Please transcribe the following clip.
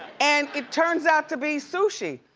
and it turns out to be sushi.